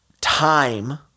time